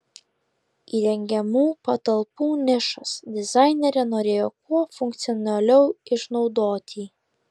įrengiamų patalpų nišas dizainerė norėjo kuo funkcionaliau išnaudoti